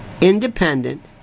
independent